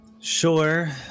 sure